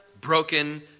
broken